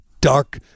dark